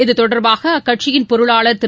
இது தொடர்பாக அக்கட்சியின் பொருளாளர் திரு